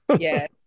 Yes